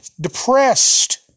depressed